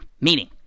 Meaning